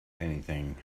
anything